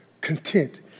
content